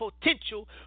potential